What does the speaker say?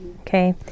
okay